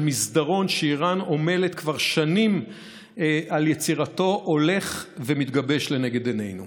מסדרון שאיראן עמלה כבר שנים על יצירתו הולך ומתגבש לנגד עינינו.